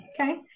Okay